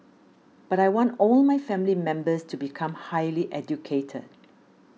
but I want all my family members to become highly educated